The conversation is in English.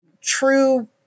true